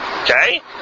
Okay